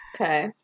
Okay